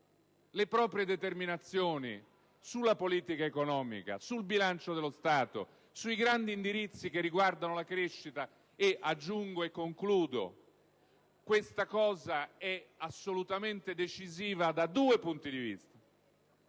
le proprie determinazioni sulla politica economica, sul bilancio dello Stato, sui grandi indirizzi che riguardano la crescita. Questo è assolutamente decisivo, peraltro, da due punti di vista: